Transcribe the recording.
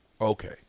Okay